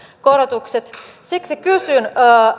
korotukset siksi kysyn